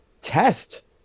test